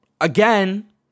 Again